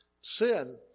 sin